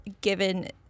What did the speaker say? given